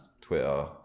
Twitter